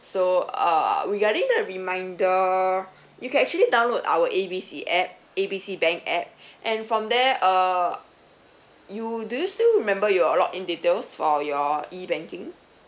so uh regarding the reminder you can actually download our A B C app A B C bank app and from there uh you do you still remember your log in details for your E banking